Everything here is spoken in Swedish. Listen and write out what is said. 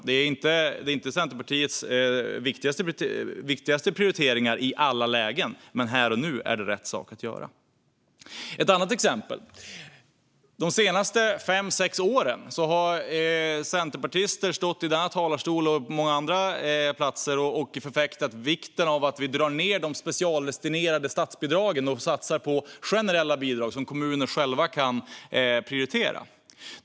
Det är inte Centerpartiets viktigaste prioriteringar i alla lägen. Men här och nu är det rätt saker att göra. Jag ska ta ett annat exempel. De senaste fem sex åren har centerpartister stått i denna talarstol och på många andra platser och förfäktat vikten av att dra ned på de specialdestinerade statsbidragen och att satsa på generella bidrag som kommuner själva kan prioritera.